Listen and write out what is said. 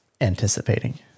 anticipating